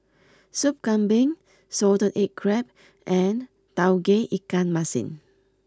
Sup Kambing Salted Egg Crab and Tauge Ikan Masin